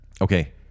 Okay